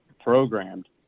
programmed